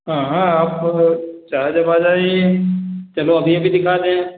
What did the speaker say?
हाँ हाँ आप चाहे जब आ जाइए चलो अभी अभी दिखा दें